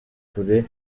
kure